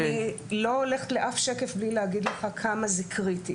אני לא הולכת לאף שקף בלי להגיד לך כמה זה קריטי.